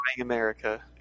America